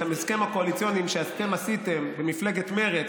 את ההסכם הקואליציוני שאתם עשיתם במפלגת מרצ